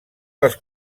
dels